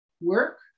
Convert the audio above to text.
work